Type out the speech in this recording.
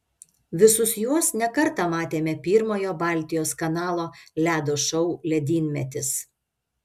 visus juos ne kartą matėme pirmojo baltijos kanalo ledo šou ledynmetis